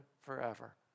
forever